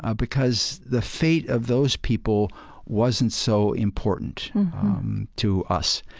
ah because the fate of those people wasn't so important to us.